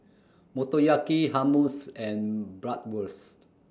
Motoyaki Hummus and Bratwurst